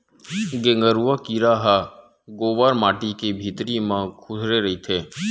गेंगरूआ कीरा ह कोंवर माटी के भितरी म खूसरे रहिथे